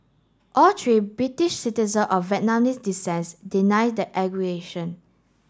all three British citizen of Vietnamese descent deny the